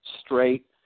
straight